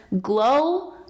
glow